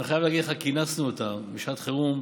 אני חייב להגיד לך שכינסנו אותם בשעת חירום,